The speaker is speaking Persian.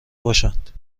باشند